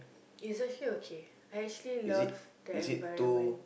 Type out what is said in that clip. is actually okay I actually love the environment